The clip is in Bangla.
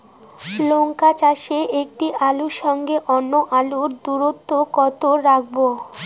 লঙ্কা চাষে একটি আলুর সঙ্গে অন্য আলুর দূরত্ব কত রাখবো?